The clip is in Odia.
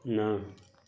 ନା